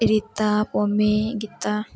Rita Pami Gita